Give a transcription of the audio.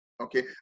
Okay